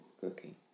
cooking